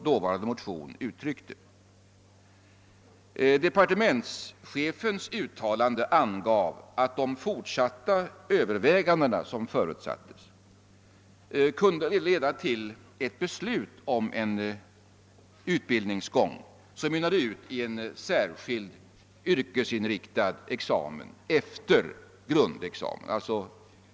Departementschefens uttalande gick ut på att de fortsatta överväganden som förutsattes kunde leda till ett beslut om en utbildningsgång, som utmynnade i en särskild yrkesinriktad examen efter grundexamen.